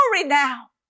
now